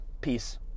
Peace